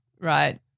Right